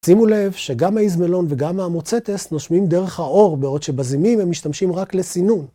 שימו לב שגם האזמלון וגם המוצטס נושמים דרך העור בעוד שבזימים הם משתמשים רק לסינון.